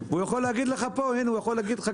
אני לא יכול לדבר בשם רשת אחרת.